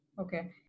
Okay